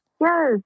Yes